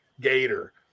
Gator